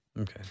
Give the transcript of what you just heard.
Okay